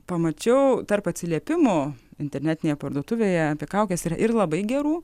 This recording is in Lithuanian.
pamačiau tarp atsiliepimų internetinėje parduotuvėje apie kaukes yra ir labai gerų